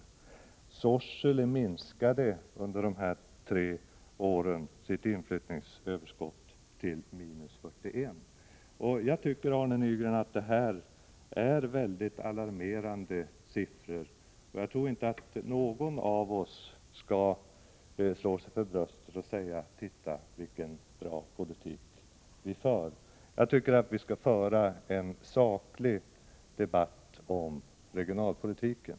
Folkmängden i Sorsele minskade under de tre år jag nyss nämnde med 41 personer. Jag tycker, Arne Nygren, att detta är mycket alarmerande siffror. Jag tror inte att någon av oss skall slå sig för bröstet och säga: Titta vilken bra politik vi för! Jag anser att vi bör föra en saklig debatt om regionalpolitiken.